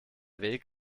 weg